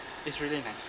it's really nice